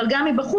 אבל גם מבחוץ,